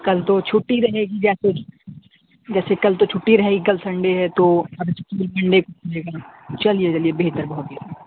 کل تو چُھٹی رہے گی جیسے جیسے کل تو چُھٹی رہے گی کل سنڈے ہے تو چلیے چلیے بہتر بہت بہتر